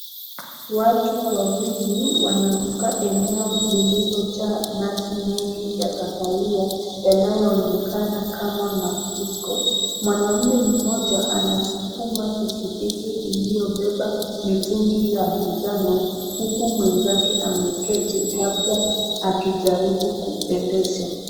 Watu wawili wanavuka eneo lililojaa maji mengi ya kahawia, yanayoonekana kama mafuriko. Mwanamume mmoja anasukuma pikipiki iliyobeba mitungi ya manjano, huku mwenzake ameketi labda akijaribu kuendesha.